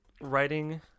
writing